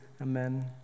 amen